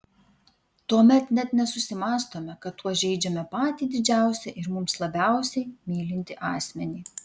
tuomet net nesusimąstome kad tuo žeidžiame patį didžiausią ir mus labiausiai mylintį asmenį